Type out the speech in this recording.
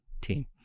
team